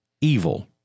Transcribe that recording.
evil